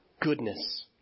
goodness